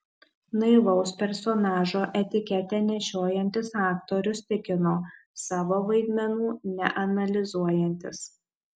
naivaus personažo etiketę nešiojantis aktorius tikino savo vaidmenų neanalizuojantis